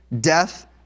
death